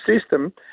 system